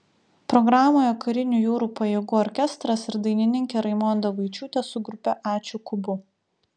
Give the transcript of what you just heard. programoje karinių jūrų pajėgų orkestras ir dainininkė raimonda vaičiūtė su grupe ačiū kubu